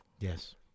Yes